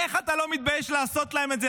איך אתה לא מתבייש לעשות להם את זה,